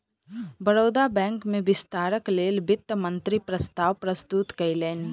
Baroda bank में विस्तारक लेल वित्त मंत्री प्रस्ताव प्रस्तुत कयलैन